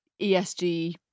ESG